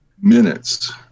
minutes